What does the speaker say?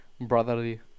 brotherly